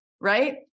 right